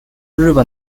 日本